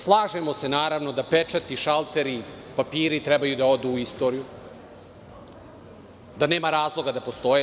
Slažemo se, naravno, da pečati, šalteri, papiri trebaju da odu u istoriju, da nema razloga da postoje.